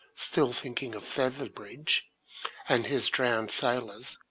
still thinking of featherbridge and his drowned sailors,